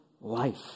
life